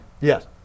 Yes